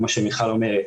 מה שמיכל אומרת,